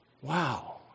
wow